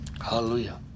Hallelujah